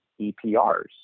EPRs